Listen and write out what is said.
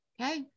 Okay